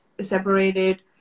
separated